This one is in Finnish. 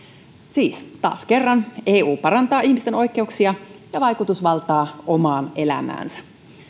siis taas kerran eu parantaa ihmisten oikeuksia ja vaikutusvaltaa omaan elämäänsä